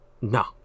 No